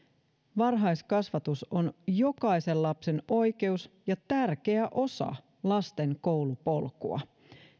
varhaiskasvatus on jokaisen lapsen oikeus ja tärkeä osa lasten koulupolkua